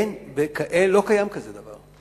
אין, לא קיים כזה דבר.